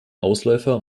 ausläufer